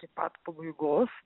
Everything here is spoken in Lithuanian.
iki pat pabaigos